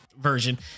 version